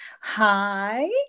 hi